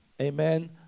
amen